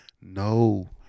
no